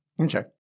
Okay